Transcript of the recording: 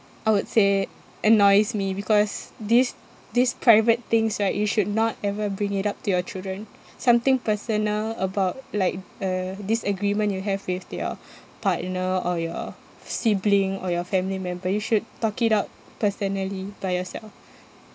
I would say annoys me because these these private things right you should not ever bring it up to your children something personal about like a disagreement you have with your partner or your sibling or your family member you should talk it out personally by yourself